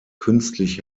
künstlich